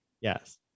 Yes